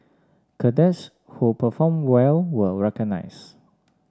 cadets who performed well were recognised